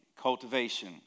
Cultivation